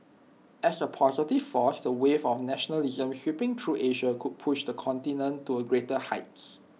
as A positive force the wave of nationalism sweeping through Asia could push the continent to greater heights